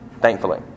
thankfully